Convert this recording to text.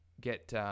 get